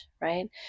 right